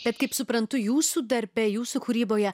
bet kaip suprantu jūsų darbe jūsų kūryboje